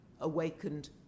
awakened